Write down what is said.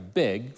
big